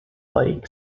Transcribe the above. lake